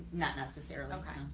not necessarily. okay,